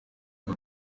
ngo